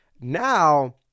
Now